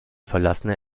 verlassene